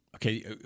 Okay